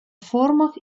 формах